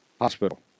hospital